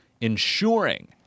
ensuring